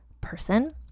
person